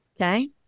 Okay